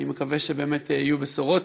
אני מקווה שבאמת יהיו בשורות.